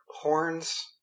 horns